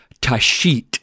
tashit